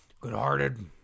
Good-hearted